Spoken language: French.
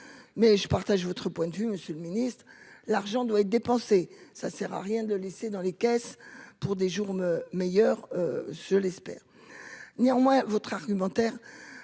mais je partage votre point de vue, Monsieur le Ministre, l'argent doit être dépensé ça sert à rien de laisser dans les caisses pour des journaux meilleur espère néanmoins votre argumentaire